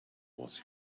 was